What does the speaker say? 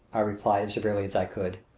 i replied, as severely as i could,